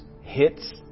hits